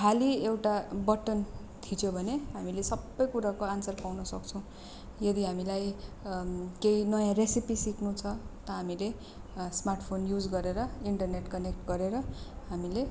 खालि एउटा बटन थिच्यो भने हामीले सबै कुराको आन्सर पाउन सक्छौँ यदि हामीलाई केही नयाँ रेसेपी सिक्नु छ त हामीले स्मार्ट फोन युज गरेर इन्टरनेट कनेक्ट गरेर हामीले